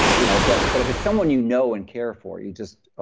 you know but but if it's someone you know and care for you just, oh,